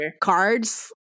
cards